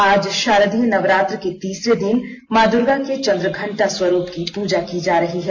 आज शारदीय नवरात्र के तीसरे दिन मां दुर्गा के चंद्रघंटा स्वरूप की पूजा की जा रही है